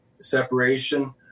separation